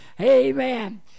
Amen